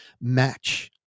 match